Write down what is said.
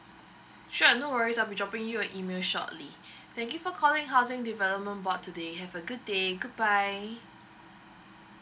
sure no worries I'll be dropping you an email shortly thank you for calling housing development board today have a good day goodbye